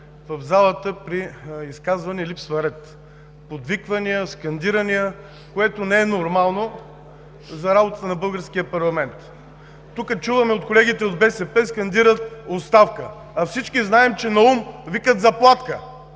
в залата при изказване липсва ред – подвиквания, скандирания, което не е нормално за работата на българския парламент. Тук чуваме от колегите от БСП, че скандират: „Оставка!“ Всички знаем, че наум викат: „Заплатка!“